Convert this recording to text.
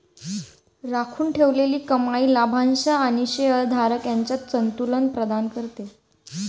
राखून ठेवलेली कमाई लाभांश आणि शेअर धारक यांच्यात संतुलन प्रदान करते